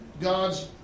God's